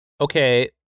Okay